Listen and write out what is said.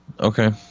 Okay